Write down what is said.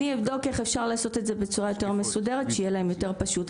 אני אבדוק איך אפשר לעשות את זה בצורה יותר מסודרת שיהיה יותר פשוט,